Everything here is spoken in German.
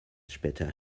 später